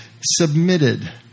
submitted